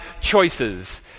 choices